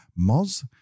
moz